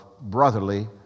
brotherly